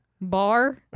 Bar